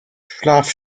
schlaf